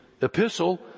epistle